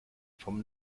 vom